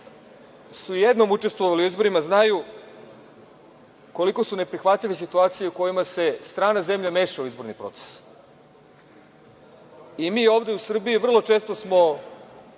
su jednom učestvovali u izborima znaju koliko su neprihvatljive situacije u kojima se strana zemlja meša u izborni proces. Mi ovde u Srbiji vrlo često smo